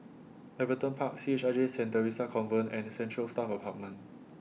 Everton Park C H I J Saint Theresa's Convent and Central Staff Apartment